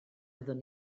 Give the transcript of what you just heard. fyddwn